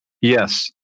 yes